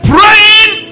Praying